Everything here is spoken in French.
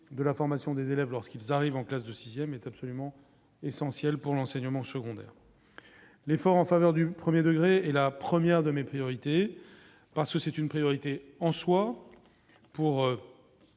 de la formation des élèves lorsqu'ils arrivent en classe de 6ème est absolument essentielle pour l'enseignement secondaire, l'effort en faveur du 1er degré et la première de mes priorités parce que c'est une priorité, en soi, pour